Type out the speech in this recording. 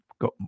got